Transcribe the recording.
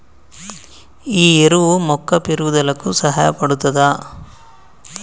ఈ ఎరువు మొక్క పెరుగుదలకు సహాయపడుతదా?